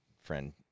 friend